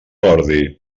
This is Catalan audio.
ordi